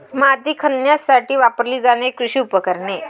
माती खणण्यासाठी वापरली जाणारी कृषी उपकरणे